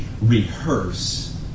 rehearse